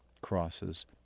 crosses